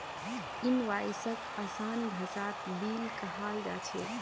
इनवॉइसक आसान भाषात बिल कहाल जा छेक